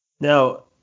now